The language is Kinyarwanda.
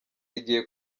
igiye